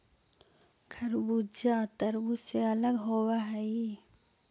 खरबूजा तारबुज से अलग होवअ हई